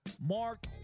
Mark